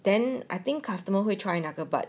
then I think customer 会 try 那个 but